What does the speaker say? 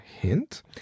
hint